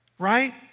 Right